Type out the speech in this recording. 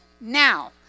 now